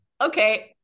okay